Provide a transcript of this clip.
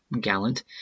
gallant